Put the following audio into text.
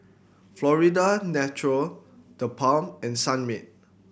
Florida Natural TheBalm and Sunmaid